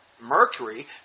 mercury